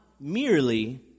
merely